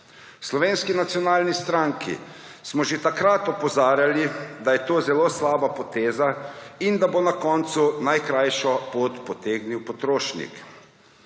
Slovenski nacionalni stranki smo že takrat opozarjali, da je to zelo slaba poteza in da bo na koncu najkrajšo potegnil potrošnik.